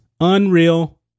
Unreal